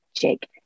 Jake